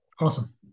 Awesome